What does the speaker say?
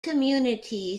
community